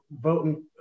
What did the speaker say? voting